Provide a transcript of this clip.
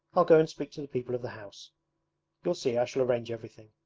i'll go and speak to the people of the house you'll see i shall arrange everything.